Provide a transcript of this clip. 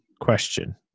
question